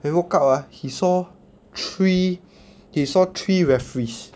when he walk out ah he saw three he saw three referees